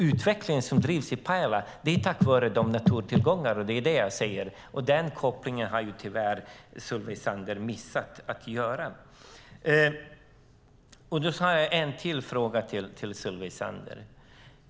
Utvecklingen i Pajala sker tack vare naturtillgångarna. Det är det jag säger. Den kopplingen har tyvärr Solveig Zander missat att göra. Jag har en till fråga till Solveig Zander.